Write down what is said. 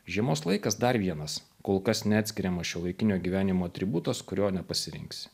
žiemos laikas dar vienas kol kas neatskiriamas šiuolaikinio gyvenimo atributas kurio nepasirinksi